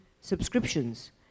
subscriptions